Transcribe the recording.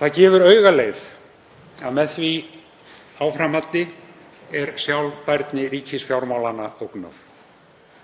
Það gefur augaleið að með því áframhaldi er sjálfbærni ríkisfjármálanna ógnað.